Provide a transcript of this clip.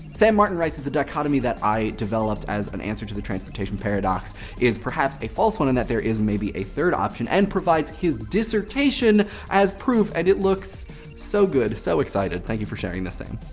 sam martin writes that the dichotomy that i developed as an answer to the transportation paradox is perhaps a false one, and that there is maybe a third option and provides his dissertation as proof. and it looks so good, so excited. thank you for sharing this, sam.